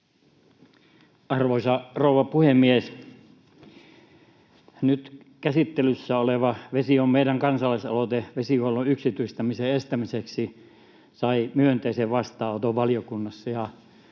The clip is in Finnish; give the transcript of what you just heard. Arvoisa rouva puhemies! Nyt käsittelyssä oleva Vesi on meidän — kansalaisaloite vesihuollon yksityistämisen estämiseksi sai myönteisen vastaanoton valiokunnassa,